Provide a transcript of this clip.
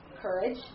courage